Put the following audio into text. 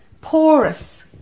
porous